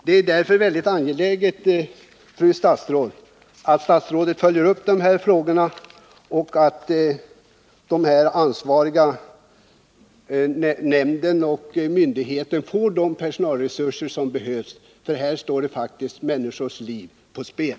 Det är därför mycket angeläget att statsrådet följer upp dessa frågor och att den ansvariga nämnden och myndigheterna får de personalresurser som behövs, för här står faktiskt människors liv på spel.